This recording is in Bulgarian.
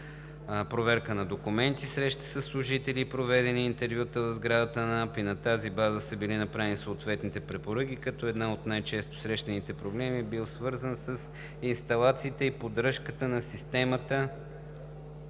проверка по документи, среща със служителите и проведени интервюта в сградата на НАП и на тази база са били направени съответните препоръки, като един от най-често срещаните проблеми е бил свързан с инсталациите и поддръжката включително